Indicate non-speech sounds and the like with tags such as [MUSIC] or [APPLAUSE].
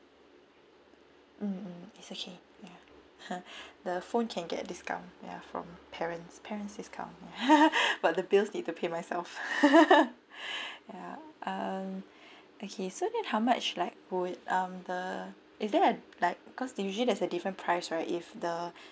mm mm it's okay ya [LAUGHS] the phone can get discount ya from parents parents discount [LAUGHS] but the bills need to pay myself [LAUGHS] ya uh [BREATH] okay so then how much like would um the is there a like cause usually there's a different price right if the